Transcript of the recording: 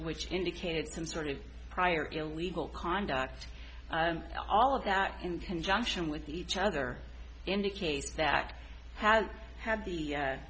which indicated some sort of prior illegal conduct all of that in conjunction with each other indicates that act has had the